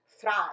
thrive